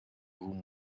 room